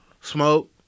smoke